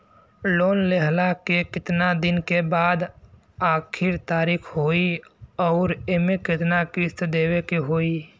Loan लेहला के कितना दिन के बाद आखिर तारीख होई अउर एमे कितना किस्त देवे के होई?